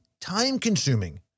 time-consuming